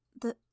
The—